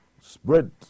spread